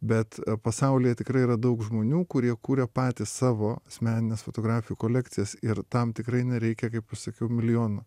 bet pasaulyje tikrai yra daug žmonių kurie kuria patys savo asmenines fotografijų kolekcijas ir tam tikrai nereikia kaip aš sakiau milijonų